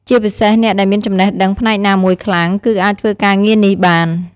ជាពិសេសអ្នកដែលមានចំណេះដឹងផ្នែកណាមួយខ្លាំង គឺអាចធ្វើការងារនេះបាន។